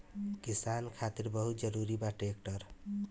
किसान खातिर बहुत जरूरी बा ट्रैक्टर